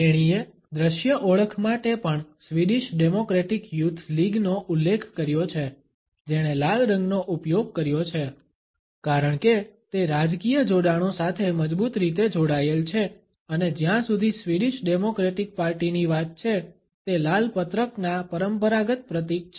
તેણીએ દ્રશ્ય ઓળખ માટે પણ સ્વીડિશ ડેમોક્રેટિક યુથ લીગ નો ઉલ્લેખ કર્યો છે જેણે લાલ રંગનો ઉપયોગ કર્યો છે કારણ કે તે રાજકીય જોડાણો સાથે મજબૂત રીતે જોડાયેલ છે અને જ્યાં સુધી સ્વીડિશ ડેમોક્રેટિક પાર્ટીની વાત છે તે લાલ પત્રક ના પરંપરાગત પ્રતીક છે